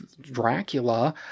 Dracula